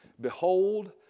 Behold